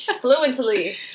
fluently